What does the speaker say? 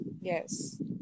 Yes